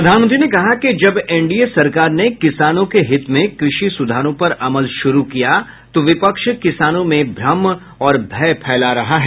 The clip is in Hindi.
प्रधानमंत्री ने कहा कि जब एनडीए सरकार ने किसानों के हित में कृषि सुधारों पर अमल शुरू किया तो विपक्ष किसानों में भ्रम और भय फैला रहा है